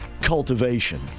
cultivation